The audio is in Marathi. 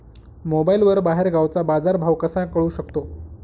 मोबाईलवर बाहेरगावचा बाजारभाव कसा कळू शकतो?